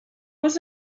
was